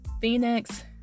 Phoenix